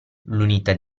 l’unità